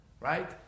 right